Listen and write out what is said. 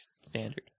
standard